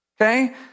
Okay